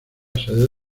sede